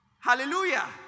Hallelujah